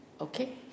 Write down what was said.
Okay